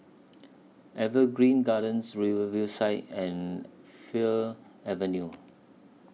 Evergreen Gardens Riverview Side and Fir Avenue